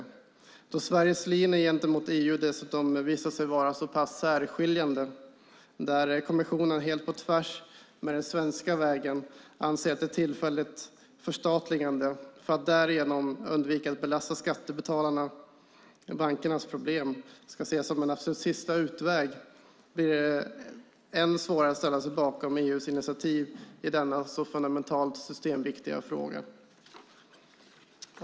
Eftersom Sveriges linje gentemot EU dessutom visar sig vara så pass särskiljande, där kommissionen helt på tvärs med den svenska vägen anser att ett tillfälligt förstatligande för att därigenom undvika att belasta skattebetalarna är bankernas problem och ska ses som en absolut sista utväg, blir det än svårare att ställa sig bakom EU:s initiativ i denna så fundamentalt systemviktiga fråga.